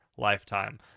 lifetime